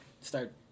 start